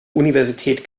universität